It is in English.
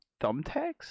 thumbtacks